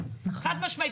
חד משמעית,